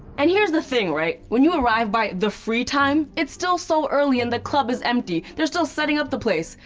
and here's the thing, right. when you arrive by the free time, it's still so early and the club is empty. they're still setting up the place.